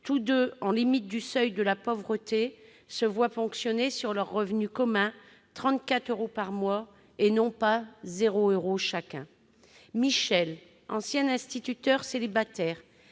Tous deux, en limite du seuil de pauvreté, se voient ponctionner sur leur revenu commun 34 euros par mois, et non pas zéro euro chacun. Michel, ancien instituteur célibataire,